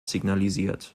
signalisiert